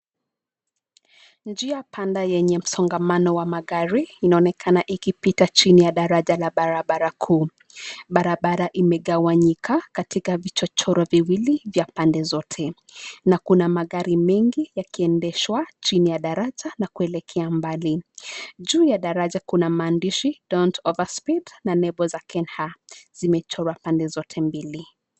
Njia panda yenye msongamano wa magari inaonekana ikipita chini ya daraja la barabara kuu. Barabara imegawanyika katika vichochoro viwili vya pande zote na kuna magari mengi yakiendeshwa chini ya daraja na kuelekea mbali. Juu ya daraja kuna maandishi Don't Overspeed na nembo za KENHA zimechorwa pande zote mbili.